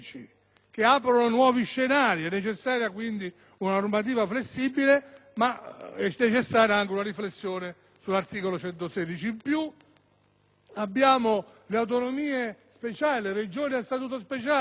che aprono nuovi scenari. È necessaria quindi una normativa flessibile, ma anche una riflessione sull'articolo 116. Inoltre, abbiamo le autonomie speciali, le Regioni a Statuto speciale,